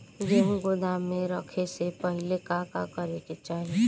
गेहु गोदाम मे रखे से पहिले का का करे के चाही?